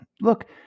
Look